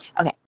okay